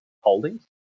holdings